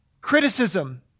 Criticism